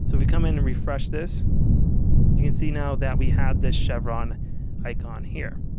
so we come in and refresh this you can see now that we have this chevron icon here.